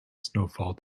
snowfall